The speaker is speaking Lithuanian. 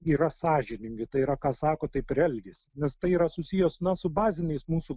yra sąžiningi tai yra ką sako taip ir elgiasi nes tai yra susiję na su baziniais mūsų